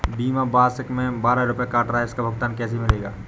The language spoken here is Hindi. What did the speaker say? बीमा मासिक में बारह रुपय काट रहा है इसका भुगतान कैसे मिलेगा?